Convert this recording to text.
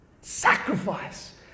Sacrifice